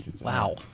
Wow